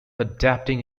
adapting